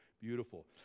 beautiful